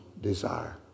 desire